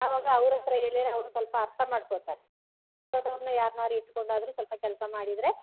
ಆವಾಗ ಅವರತ್ರ ಹೇಳಿದ್ರೆ ಅವರು ಸ್ವಲ್ಪ ಅರ್ಥ ಮಾಡ್ಕೊಳ್ತಾರೆ ದೊಡ್ಡವ್ರ್ನ ಯಾರ್ನಾದ್ರು ಇಟ್ಕೊಂಡಾದ್ರು ಆದರು ಸ್ವಲ್ಪ ಕೆಲಸ ಮಾಡಿದರೆ